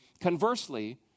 Conversely